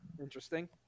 Interesting